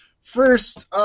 first